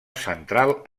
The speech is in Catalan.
central